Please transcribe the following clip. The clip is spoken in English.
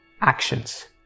actions